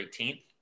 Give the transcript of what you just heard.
18th